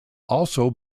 also